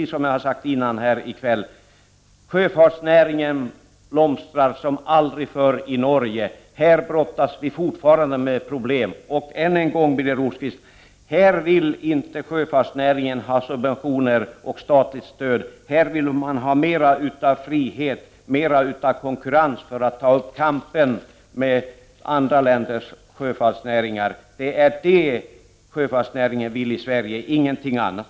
Som jag har sagt tidigare här i kväll blomstrar sjöfartsnäringen i Norge som aldrig förr. Här brottas vi fortfarande med problem. Än en gång, Birger Rosqvist: Sjöfartsnäringen här vill inte ha subventioner och statligt stöd; man vill ha mer av frihet och konkurrens för att ta upp kampen med andra länders sjöfartsnäringar. Det är det som sjöfartsnäringen i Sverige vill — ingenting annat.